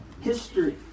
history